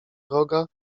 wroga